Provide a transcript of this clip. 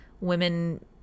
women